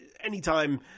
anytime